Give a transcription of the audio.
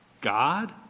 God